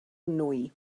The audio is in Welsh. nwy